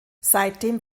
seitdem